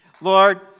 Lord